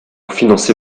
financer